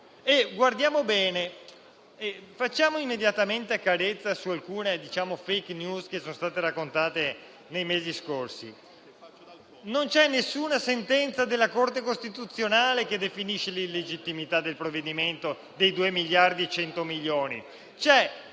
questo modo. Facciamo immediatamente chiarezza su alcune *fake news* che sono state raccontate nei mesi scorsi: non c'è alcuna sentenza della Corte costituzionale che definisce l'illegittimità del provvedimento che prevede lo